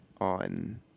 on